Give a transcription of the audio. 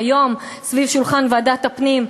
שהיום סביב שולחן ועדת הפנים,